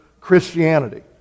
Christianity